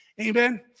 Amen